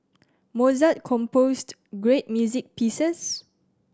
Mozart composed great music pieces